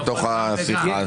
בתוך השיחה הזאת.